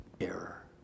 error